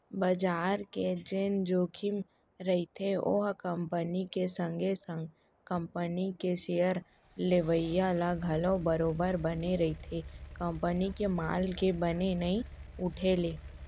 बजार के जेन जोखिम रहिथे ओहा कंपनी के संगे संग कंपनी के सेयर लेवइया ल घलौ बरोबर बने रहिथे कंपनी के माल के बने नइ उठे ले